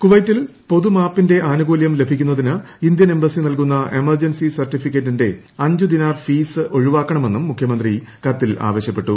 കുവൈറ്റിൽ പൊതു മാപ്പിന്റെ ആനുകൂല്യം ലഭിക്കുന്നതിന് ഇന്ത്യൻ എംബസി നൽകുന്ന എമർജൻസി സർട്ടിഫിക്കറ്റിന്റെ അഞ്ചു ദിനാർ ഫീസ് ഒഴിവാക്കണമെന്നും മുഖ്യമന്ത്രി കത്തിൽ ആവശ്യപ്പെട്ടു